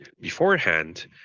Beforehand